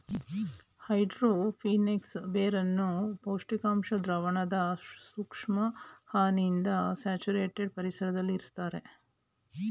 hydro phonics ಬೇರನ್ನು ಪೋಷಕಾಂಶ ದ್ರಾವಣದ ಸೂಕ್ಷ್ಮ ಹನಿಯಿಂದ ಸ್ಯಾಚುರೇಟೆಡ್ ಪರಿಸರ್ದಲ್ಲಿ ಇರುಸ್ತರೆ